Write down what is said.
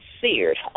seared